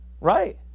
Right